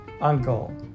Uncle